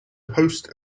host